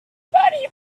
bunny